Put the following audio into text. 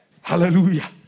Hallelujah